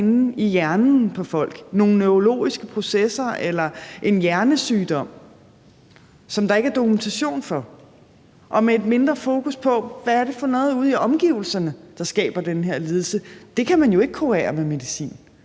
i hjernen på folk, nogle neurologiske processer eller en hjernesygdom, som der ikke er dokumentation for, og med et mindre fokus på, hvad det er for noget ude i omgivelserne, der skaber den her lidelse. Det kan man jo ikke kurere med medicin.